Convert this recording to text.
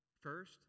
First